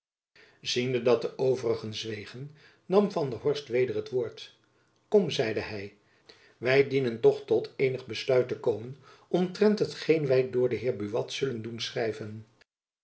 ziende dat de overigen zwegen nam van der horst weder het woord op kom zeide hy wy dienen toch tot eenig besluit te komen omtrent hetgeen wy door den heer buat zullen doen schrijven